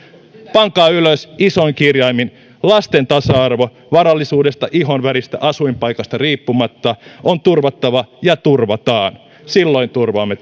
pankaa ylös isoin kirjaimin lasten tasa arvo varallisuudesta ihonväristä asuinpaikasta riippumatta on turvattava ja turvataan silloin turvaamme